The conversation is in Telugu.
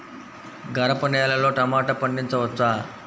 గరపనేలలో టమాటా పండించవచ్చా?